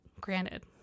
granted